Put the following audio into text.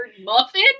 muffin